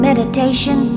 Meditation